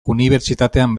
unibertsitatean